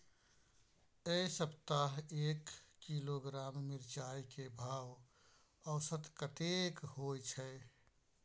ऐ सप्ताह एक किलोग्राम मिर्चाय के भाव औसत कतेक होय छै?